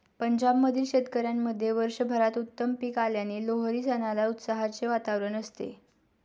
पंजाब मधील शेतकऱ्यांमध्ये वर्षभरात उत्तम पीक आल्याने लोहरी सणाला उत्साहाचे वातावरण असते